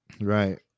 Right